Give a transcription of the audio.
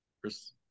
Chris